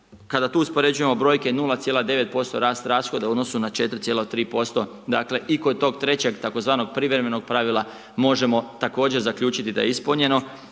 Kada tu uspoređujemo brojke 0,9% rast rashoda u odnosu na 4,3% dakle i kod tog trećeg tzv. privremenog pravila možemo također zaključiti da je ispunjeno.